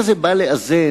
אני מזמין